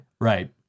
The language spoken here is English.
Right